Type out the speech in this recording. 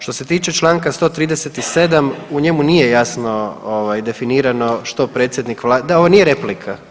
Što se tiče čl. 137, u njemu nije jasno definirano što predsjednik .../nerazumljivo/... da, ovo nije replika.